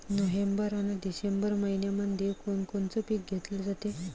November अन December मइन्यामंधी कोण कोनचं पीक घेतलं जाते?